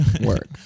work